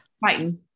fighting